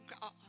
God